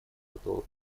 готова